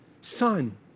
son